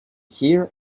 here